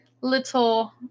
little